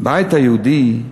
הבית היהודי,